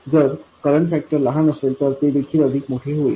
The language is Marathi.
जर करंट फॅक्टर लहान असेल तर ते देखील अधिक मोठे होईल